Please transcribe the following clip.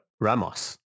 Ramos